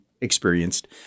experienced